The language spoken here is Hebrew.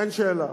אין שאלה.